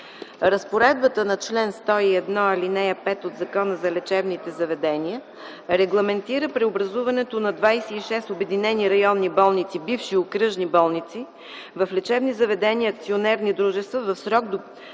Разпоредбата на чл. 101, ал. 5 от Закона за лечебните заведения регламентира преобразуването на 26 обединени районни болници – бивши окръжни болници, в лечебни заведения – акционерни дружества, в срок до